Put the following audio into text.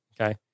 Okay